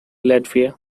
latvia